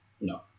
No